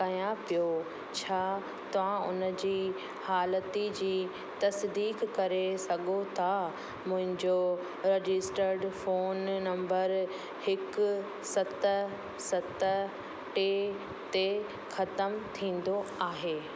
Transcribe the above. कयां पियो छा तव्हां उनजी हालती जी तसिदीकु करे सघो था मुंहिंजो रजिस्टर्ड फोन नंबर हिकु सत सत टे ते ख़तम थींदो आहे